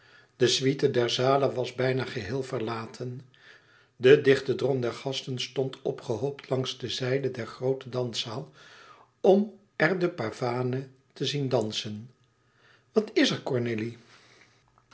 de suite der zalen was bijna geheel verlaten de dichte drom der gasten stond opgehoopt langs de zijden der groote danszaal om er de pavane te zien dansen wat is er cornélie